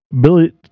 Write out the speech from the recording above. Billy